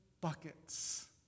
buckets